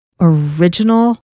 original